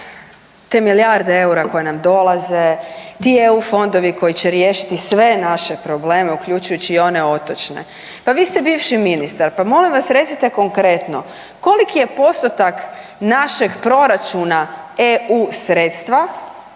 Te milijarde eura koje nam dolaze, ti EU fondovi koji će riješiti sve naše probleme, uključujući i one otočne. Pa vi ste bivši ministar, pa molim vas, recite konkretno. Koliki je postotak našeg proračuna EU sredstva